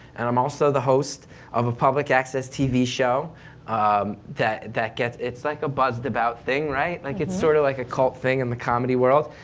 and i'm also the host of a public access tv show that that gets, like it's like a buzzed about thing right? like it's sort of like a cult thing in the comedy world.